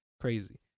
Crazy